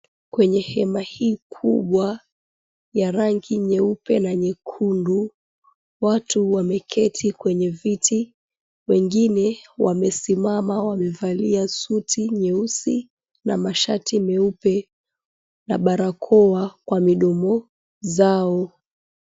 Kwenye hema hii kubwa ya rangi nyeupe na nyekundu, watu wameketi kwenye viti, wengine wamesimama wamevalia suti nyeusi na mashati meupe na barakoa kwa midomo zao.